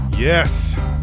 Yes